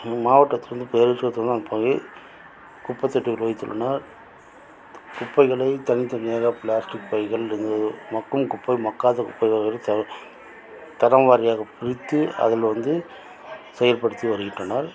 நம் மாவட்டத்தில் வந்து குப்பை தொட்டிகள் வைத்துள்ளனர் குப்பைகளை தனித்தனியாக பிளாஸ்டிக் பைகள் இது மக்கும் குப்பை மக்காத குப்பை தரம் வாரியாக பிரித்து அதில் வந்து செயல்படுத்தி வருகின்றனர்